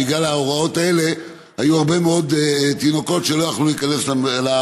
בגלל ההוראות האלה היו הרבה מאוד תינוקות שלא יכלו להיכנס למשפחתונים,